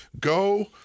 Go –